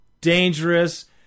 dangerous